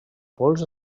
pols